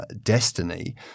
Destiny